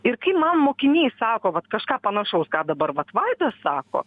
ir kai man mokiniai sako vat kažką panašaus ką dabar vat vaidas sako